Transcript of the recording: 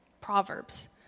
Proverbs